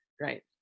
Right